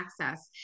access